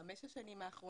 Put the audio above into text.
בחמש השנים האחרונות,